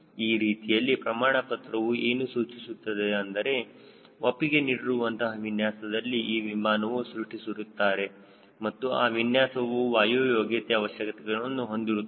ಈ ರೀತಿಯ ಪ್ರಮಾಣ ಪತ್ರವು ಏನು ಸೂಚಿಸುತ್ತದೆ ಅಂದರೆ ಒಪ್ಪಿಗೆ ನೀಡಿರುವಂತಹ ವಿನ್ಯಾಸದಲ್ಲಿ ಈ ವಿಮಾನವು ಸೃಷ್ಟಿಸಿರುತ್ತಾರೆ ಮತ್ತು ಆ ವಿನ್ಯಾಸವು ವಾಯು ಯೋಗ್ಯತೆ ಅವಶ್ಯಕತೆಗಳನ್ನು ಹೊಂದಿರುತ್ತದೆ